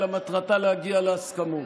אלא מטרתה להגיע להסכמות,